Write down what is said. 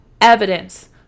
evidence